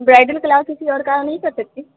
bridal के अलावा किसी और का नहीं कर सकती